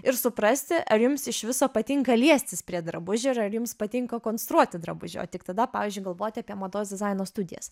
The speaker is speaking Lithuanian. ir suprasti ar jums iš viso patinka liestis prie drabužių ir ar jums patinka konstruoti drabužių o tik tada pavyzdžiui galvoti apie mados dizaino studijas